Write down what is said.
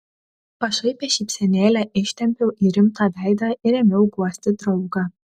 pašaipią šypsenėlę ištempiau į rimtą veidą ir ėmiau guosti draugą